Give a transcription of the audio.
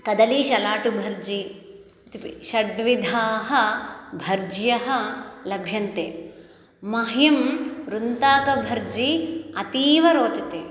कदलीशलाटुभर्जी इति षड्विधाः भर्ज्यः लभ्यन्ते मह्यं व्रुन्ताकभर्जी अतीव रोचते